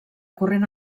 corrent